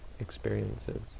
experiences